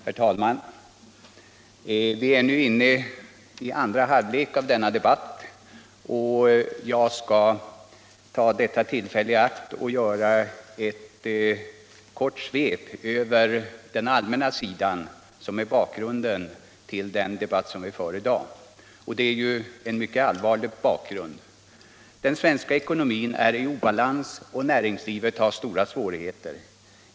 Herr talman! Vi är nu inne i andra halvleken av denna debatt, och jag skall ta detta tillfälle i akt att göra ett kort svep över bakgrunden till den debatt som vi för i dag. Det är en mycket allvarlig bakgrund. Den svenska ekonomin är i obalans och näringslivet har stora svårigheter.